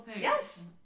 yes